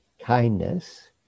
kindness